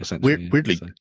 Weirdly